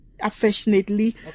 affectionately